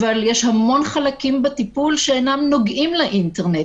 אבל יש המון חלקים בטיפול שאינם נוגעים לאינטרנט,